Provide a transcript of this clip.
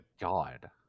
God